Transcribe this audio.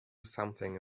something